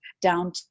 down